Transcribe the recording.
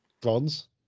Bronze